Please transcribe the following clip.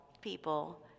people